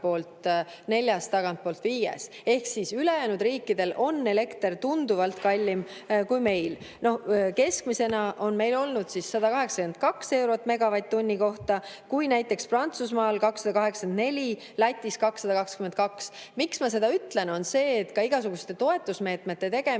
tagantpoolt neljas, tagantpoolt viies, ehk ülejäänud riikidel on elekter tunduvalt kallim kui meil. Keskmisena on meil olnud 182 eurot megavatt-tunni kohta, aga näiteks Prantsusmaal on olnud 284, Lätis 222. Miks ma seda ütlen, on see, et ka igasuguste toetusmeetmete tegemisel